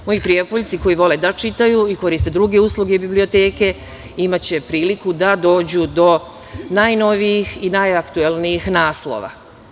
Moji Prijepoljci koji vole da čitaju i koriste druge usluge biblioteke imaće priliku da dođu do najnovijih i najaktuelnijih naslova.